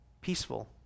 peaceful